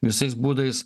visais būdais